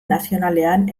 nazionalean